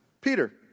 Peter